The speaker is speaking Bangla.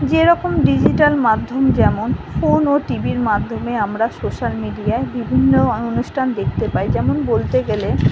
যেরকম ডিজিটাল মাধ্যম যেমন ফোন ও টি ভির মাধ্যমে আমরা সোশ্যাল মিডিয়ায় বিভিন্ন অনুষ্ঠান দেখতে পাই যেমন বলতে গেলে